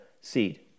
seed